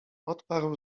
odparł